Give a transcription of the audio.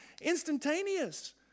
instantaneous